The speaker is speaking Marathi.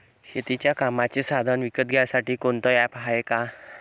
शेतीच्या कामाचे साधनं विकत घ्यासाठी कोनतं ॲप हाये का?